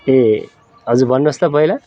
ए हजुर भन्नोहोस् त पहिला